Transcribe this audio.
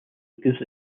gives